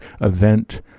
event